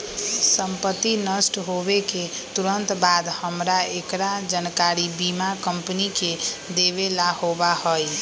संपत्ति नष्ट होवे के तुरंत बाद हमरा एकरा जानकारी बीमा कंपनी के देवे ला होबा हई